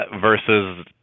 versus